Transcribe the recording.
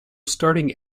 starting